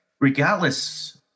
regardless